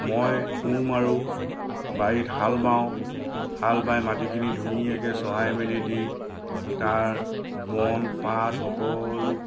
মই কোৰ মাৰোঁ বাৰীত হাল বাওঁ হাল বাই মাটিখিনি ধুনীয়াকৈ চহাই মেলি দি তাৰ মন পাণ সকলো